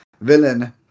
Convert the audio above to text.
villain